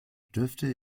dürfte